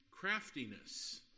craftiness